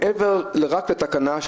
אני הייתי מעורב בחקיקת חוק נתוני תקשורת בזמן